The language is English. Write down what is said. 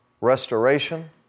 restoration